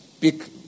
Pick